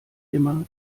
immer